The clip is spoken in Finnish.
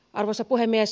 arvoisa puhemies